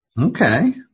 Okay